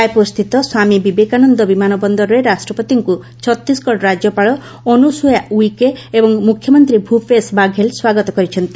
ରାୟପୁରସ୍ଥିତ ସ୍ୱାମୀ ବିବେକାନନ୍ଦ ବିମାନ ବନ୍ଦରରେ ରାଷ୍ଟ୍ରପତିଙ୍କୁ ଛତିଶଗଡ଼ ରାଜ୍ୟପାଳ ଅନୁସୁୟା ଉଇକେ ଏବଂ ମୁଖ୍ୟମନ୍ତ୍ରୀ ଭୂପେଶ ବାଘେଲ ସ୍ୱାଗତ କରିଛନ୍ତି